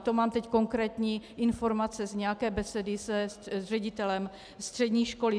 To mám teď konkrétní informace z nějaké besedy s ředitelem střední školy.